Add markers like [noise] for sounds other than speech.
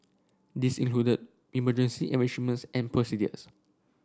this included emergency [unintelligible] and procedures